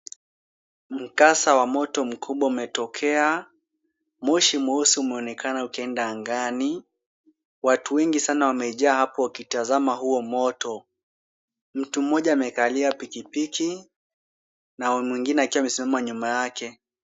Mkasa wa moto mkubwa umetokea. Moshi mweusi umeonekana ukienda angani. Watu wengi sana wamejaa hapo wakitazama huo moto. Mtu mmoja amekalia pikipiki, na mwingine akiwa amesimama nyuma yake.